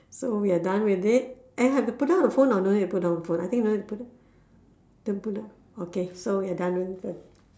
so we're done with it eh and have to put down the phone or no need to put down the phone I think don't need to put down don't put down okay so we're done